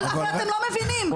לא מבינים,